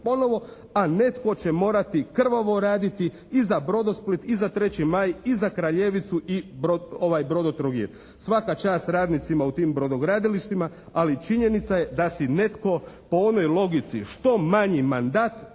ponovo pa netko će morati krvavo raditi i za Brodosplit i za 3. maj i za Kraljevicu i ovaj Brodotrogir. Svaka čast radnicima u tim brodogradilištima, ali činjenica je da si netko po onoj logici što manji mandat